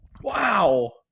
wow